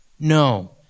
No